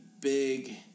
big